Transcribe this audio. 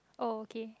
oh okay